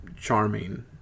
charming